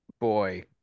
Boy